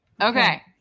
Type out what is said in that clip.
Okay